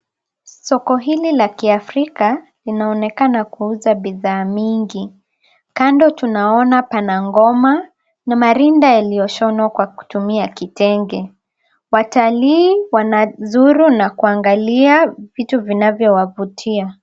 Soko hili la kiafrika linaonekana kuuza bidhaa mingi. Kando tunaona pana ngoma na marinda yaliyoshonwa kwa kutumia kitenge. Watalii wanazuru na kuangalia vitu vinavyo wavutia.